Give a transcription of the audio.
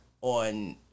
on